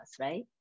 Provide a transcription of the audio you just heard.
right